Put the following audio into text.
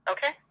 Okay